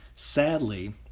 Sadly